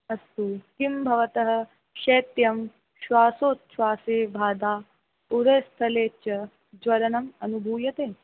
अस्तु किं भवतः शैत्यं श्वासोच्छ्वासे बाधा उरस्थले च ज्वलनम् अनुभूयते